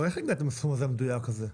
איך הגעתם לסכום המדויק הזה?